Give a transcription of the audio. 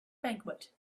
banquet